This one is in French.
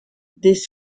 des